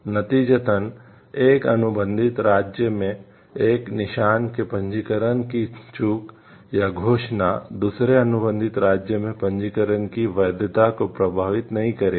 नतीजतन एक अनुबंधित राज्य में एक निशान के पंजीकरण की चूक या घोषणा दूसरे अनुबंधित राज्यों में पंजीकरण की वैधता को प्रभावित नहीं करेगी